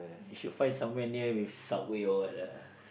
if you find somewhere near with Subway or what lah